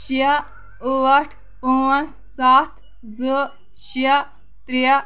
شےٚ ٲٹھ پٲنٛژھ سَتھ زٕ شےٚ ترٛےٚ